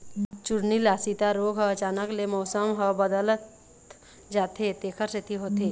चूर्निल आसिता रोग ह अचानक ले मउसम ह बदलत जाथे तेखर सेती होथे